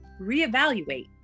reevaluate